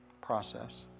process